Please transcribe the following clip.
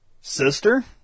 sister